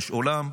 יש עולם,